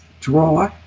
draw